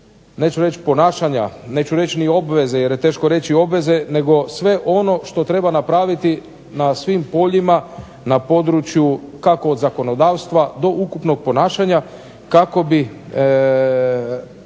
neću reći ponašanja, neću reći ni obveze jer je teško reći obveze nego sve ono što treba napraviti na svim poljima na području kako od zakonodavstva do ukupnog ponašanja kako bi